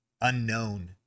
unknown